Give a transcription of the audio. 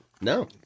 No